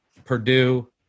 purdue